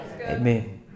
Amen